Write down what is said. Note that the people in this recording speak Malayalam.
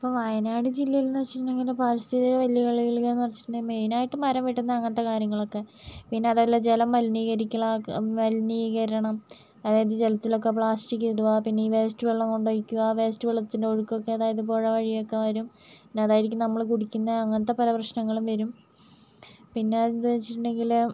ഇപ്പോൾ വയനാട് ജില്ലയിലെന്ന് വച്ചിട്ടുണ്ടെങ്കിൽ പാരിസ്ഥിതിക വെല്ലുവിളികളെന്ന് വച്ചിട്ടുണ്ടെങ്കിൽ മെയിൻ ആയിട്ട് മരം വെട്ടുന്ന അങ്ങനത്തെ കാര്യങ്ങളൊക്കെ പിന്നെ അതുമല്ല ജലമലിനീകരിക്കലൊക്കെ മലിനീകരണം അതായത് ജലത്തിലൊക്കെ പ്ലാസ്റ്റിക്ക് ഇടുക പിന്നെ ഈ വേസ്റ്റ് വെള്ളം കൊണ്ടൊഴിക്കുക വേസ്റ്റ് വെള്ളത്തിൻ്റെ ഒഴുക്കൊക്കെ അതായത് പുഴ വഴിയൊക്കെ വരും പിന്നെ അതായിരിക്കും നമ്മൾ കുടിക്കുന്നത് അങ്ങനത്തെ പല പ്രശ്നങ്ങളും വരും പിന്നെ എന്താ വച്ചിട്ടുണ്ടെങ്കിൽ